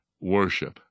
worship